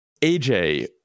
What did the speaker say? AJ